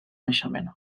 naixement